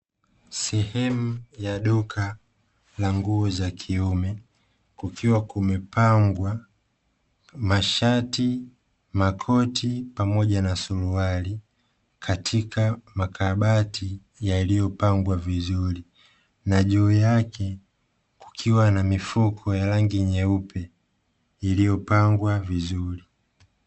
Sehemu ya duka la nguo za kiume kukiwa kumepangwa mashati makoti pamoja na suruali, katika makabati yaliyo pangwa vizuri na juu yake kukiwa na mifuko ya rangi nyeupe iliyopangwa vizuri.